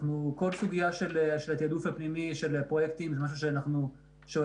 כל הסוגיה של התעדוף הפנימי של הפרויקטים זה משהו שעולה